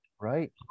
Right